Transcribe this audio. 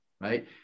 right